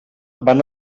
van